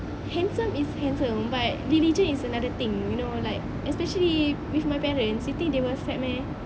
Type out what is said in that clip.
handsome is handsome but religion is another thing you know like especially with my parents you think they will accept meh